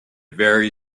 very